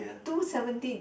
two seventeen